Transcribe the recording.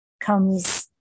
comes